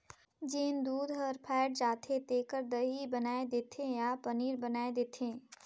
जेन दूद हर फ़ायट जाथे तेखर दही बनाय देथे या पनीर बनाय देथे